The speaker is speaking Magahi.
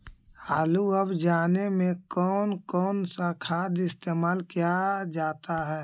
आलू अब जाने में कौन कौन सा खाद इस्तेमाल क्या जाता है?